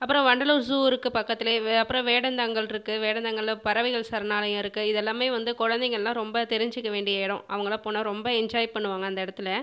அப்புறம் வண்டலூர் ஸூ இருக்குது பக்கத்திலே வே அப்புறம் வேடந்தாங்கல் இருக்குது வேடந்தாங்கல்லில் பறவைகள் சரணாலயம் இருக்குது இது எல்லாமே வந்து குழந்தைங்கள்லாம் ரொம்ப தெரிஞ்சுக்க வேண்டிய இடம் அவங்களாம் போனால் ரொம்ப என்ஜாய் பண்ணுவாங்கள் அந்த இடத்தில்